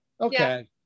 okay